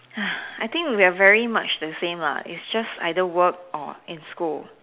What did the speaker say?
I think we are very much the same lah either just work or in school